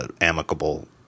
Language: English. amicable